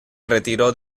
retiró